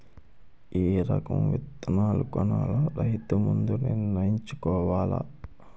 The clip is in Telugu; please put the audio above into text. ఏ రకం విత్తనాలు కొనాలో రైతు ముందే నిర్ణయించుకోవాల